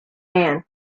man